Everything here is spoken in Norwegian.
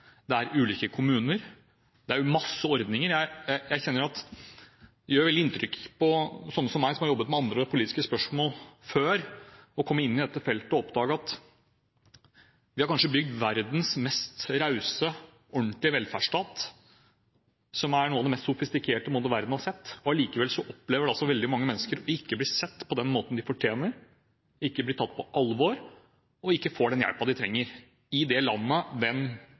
det er ulike kommuner, og det er mange ordninger. Jeg kjenner at det gjør veldig inntrykk på sånne som meg, som har jobbet med andre politiske spørsmål før, å komme inn i dette feltet og oppdage at selv om vi har bygd kanskje verdens mest rause, ordentlige velferdsstat, som er noe av det mest sofistikerte verden har sett, opplever allikevel veldig mange mennesker at de ikke blir sett på den måten de fortjener, ikke blir tatt på alvor og ikke får den hjelpen de trenger, i det landet